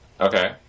Okay